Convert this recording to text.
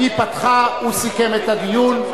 היא פתחה, הוא סיכם את הדיון.